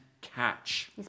catch